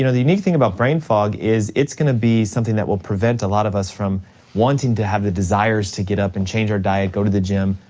you know the unique thing about brain fog is it's gonna be something that will prevent a lot of us from wanting to have the desires to get up and change our diet, go to the gym,